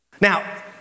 Now